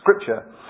scripture